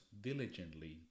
diligently